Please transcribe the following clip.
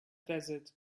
desert